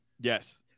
Yes